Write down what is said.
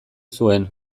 zuen